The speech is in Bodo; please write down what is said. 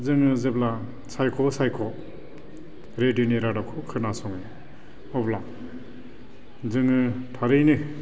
जोङो जेब्ला सायख' सायख' रेदिय'नि रादाबखौ खोनासङो अब्ला जोङो थारैनो